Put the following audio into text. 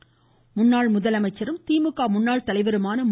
கருணாநிதி முன்னாள் முதலமைச்சரும் திமுக முன்னாள் தலைவருமான மு